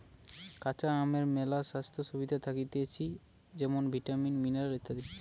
কাঁচা আমের মেলা স্বাস্থ্য সুবিধা থাকতিছে যেমন ভিটামিন, মিনারেল ইত্যাদি